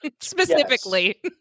Specifically